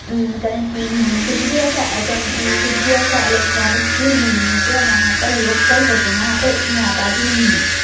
current نہیں ہیں کچھ بھی ایسا آئیٹم کچھ بھی ایسا الیکٹرانک چیز نہیں ہے جو وہاں پر لوگ کر سکیں وہاں پر اتنی آبادی نہیں ہے